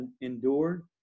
endured